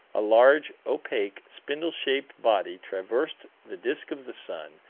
a large, opaque, spindle-shaped body traversed the disk of the sun,